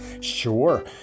Sure